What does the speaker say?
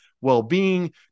well-being